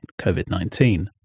COVID-19